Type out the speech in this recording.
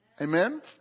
Amen